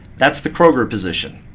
that's the kroger position.